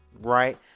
right